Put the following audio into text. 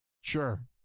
Sure